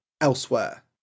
elsewhere